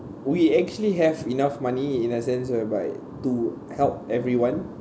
we actually have enough money in a sense whereby to help everyone